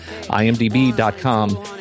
imdb.com